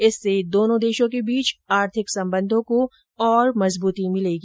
इससे दोनो देशों के बीच आर्थिक संबंधों को और मजबूती मिलेगी